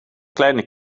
kleine